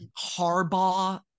Harbaugh